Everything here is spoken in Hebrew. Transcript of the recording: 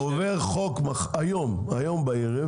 עובר חוק היום בערב,